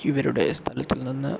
ഇവരുടെ സ്ഥലത്തുനിന്ന്